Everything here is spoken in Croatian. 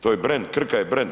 To je brend, Krka je brend.